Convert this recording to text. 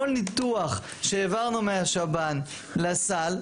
כל ניתוח שהעברנו מהשב"ן לסל,